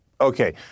Okay